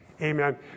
amen